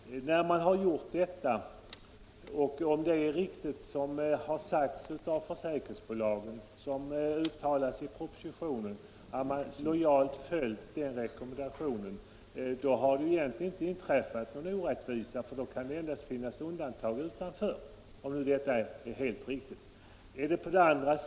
Om det är riktigt att försäkringsbolagen, såsom det uttalas i propositionen, lojalt har följt den rekommendationen har det egentligen inte begåtts någon orättvisa. Om detta är helt riktigt kan det endast vara fråga om undantagsfall, som skulle bli orättvist behandlade.